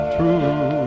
True